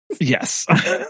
Yes